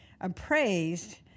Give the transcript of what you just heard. appraised